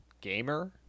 Gamer